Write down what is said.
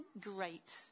great